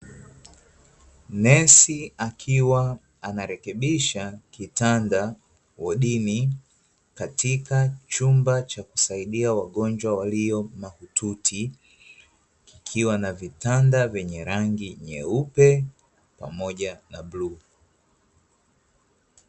Nesi akiwa anarekebisha kitanda wodini katika chumba cha kusaidia wagonjwa walio mahututi, kukiwa na vitanda vyenye rangi nyeupe na pamoja na bluu.